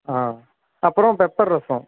ஆ அப்புறம் பெப்பர் ரசம்